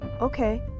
okay